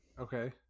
Okay